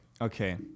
okay